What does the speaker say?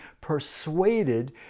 persuaded